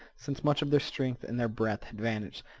since much of their strength and their breath had vanished,